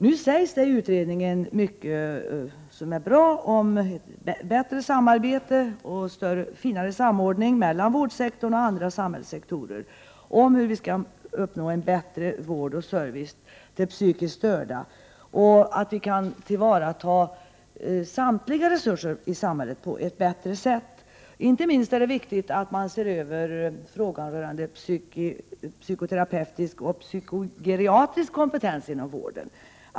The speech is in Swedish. Det sägs mycket i utredningen som är bra om bättre samarbete och finare samordning mellan vårdsektorn och andra samhällssektorer, om hur vi skall uppnå en bättre vård och service åt psykiskt störda och om att vi kan tillvarata samtliga resurser i samhället på ett bättre sätt. Inte minst är det viktigt att man ser över frågan rörande psykoterapeutisk och psykogeriatrisk kompetens inom vården.